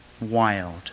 wild